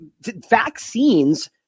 vaccines